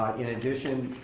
um in addition,